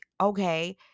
okay